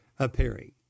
appearing